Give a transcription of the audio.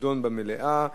תידון במליאה.